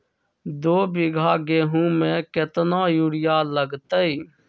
दो बीघा गेंहू में केतना यूरिया लगतै?